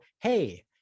hey